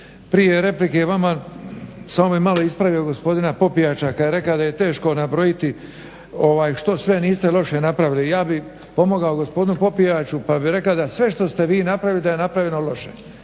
Prije replike vama, samo bih malo ispravio gospodina Popijača kada je rekao da je teško nabrojati što sve niste loše napravili. Ja bih pomogao gospodinu Popijaču pa bi rekao da sve što ste vi napravili da je napravljeno loše